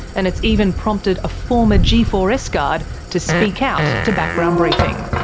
and it's even prompted a former g four s guard to speak out to background briefing.